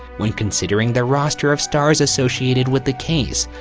when considering their roster of stars associated with the case,